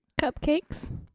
Cupcakes